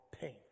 pain